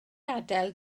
adael